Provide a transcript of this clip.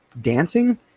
dancing